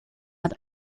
hat